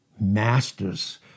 masters